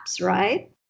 right